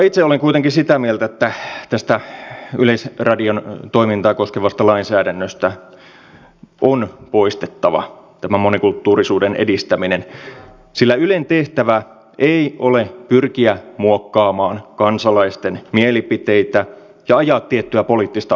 itse olen kuitenkin sitä mieltä että tästä yleisradion toimintaa koskevasta lainsäädännöstä on poistettava tämä monikulttuurisuuden edistäminen sillä ylen tehtävä ei ole pyrkiä muokkaamaan kansalaisten mielipiteitä ja ajaa tiettyä poliittista agendaa